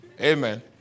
Amen